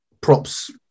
props